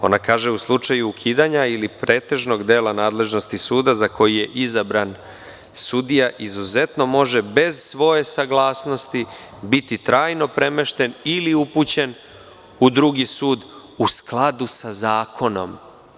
Ona kaže - u slučaju ukidanja ili pretežnog dela nadležnosti suda za koji je izabran sudija, izuzetno može bez svoje saglasnosti biti trajno premešten ili upućen u drugi sud u skladu sa zakonom.